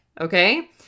okay